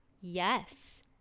Yes